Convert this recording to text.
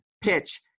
PITCH